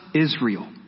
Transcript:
Israel